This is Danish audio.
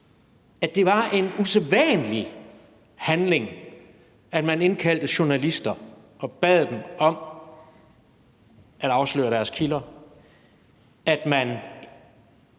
at det var en usædvanlig handling, at man indkaldte journalister og bad dem om at afsløre deres kilder, at man